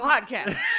podcast